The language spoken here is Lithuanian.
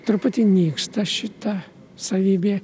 truputį nyksta šita savybė